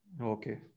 Okay